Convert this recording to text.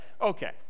Okay